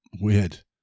Weird